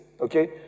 Okay